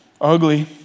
ugly